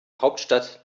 hauptstadt